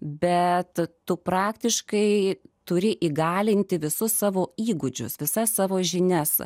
bet tu praktiškai turi įgalinti visus savo įgūdžius visas savo žinias